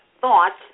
thoughts